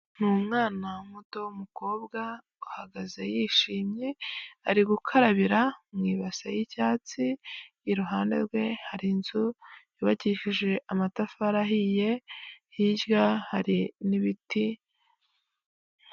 Ni umwana muto w'umukobwa uhagaze yishimye, ari gukarabira mu i ibasa y'icyatsi, iruhande rwe hari inzu yubakishije amatafari ahiye, hirya hari n'ibiti.